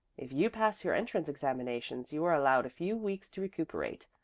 if you pass your entrance examinations you are allowed a few weeks to recuperate,